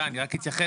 אני אתייחס לזה.